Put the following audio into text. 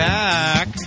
back